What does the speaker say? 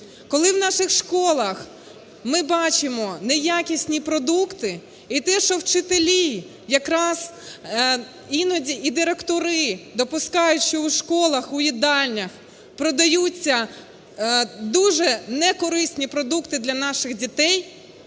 Коли в наших школах ми бачимо неякісні продукти, і те, що вчителі якраз іноді, і директори, допускають, що у школах, у їдальнях продаються дуже некорисні продукти для наших дітей,